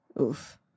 Oof